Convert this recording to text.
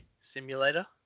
simulator